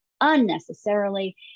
unnecessarily